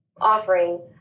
offering